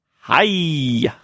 hi